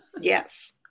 Yes